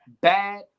bad